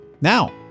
now